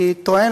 אני טוען,